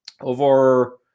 over